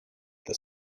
the